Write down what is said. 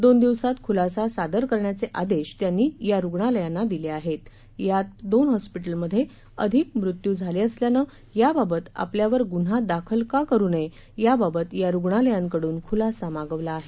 दोन दिवसात खुलासा सादर करण्याचे आदेश त्यांनी या रुग्णालयांना दिले आहे यात दोन हॉस्पिटलमध्ये अधिक मृत्यू झाले असल्यानं याबाबत आपल्यावर गुन्हा दाखल का करू नये याबाबत या रुग्णालयांकडून खुलासा मागवला आहे